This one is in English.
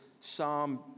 psalm